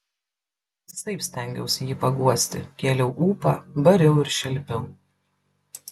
visaip stengiausi jį paguosti kėliau ūpą bariau ir šelpiau